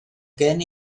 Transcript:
gen